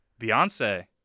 Beyonce